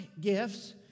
gifts